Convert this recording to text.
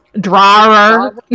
drawer